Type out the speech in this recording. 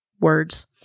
words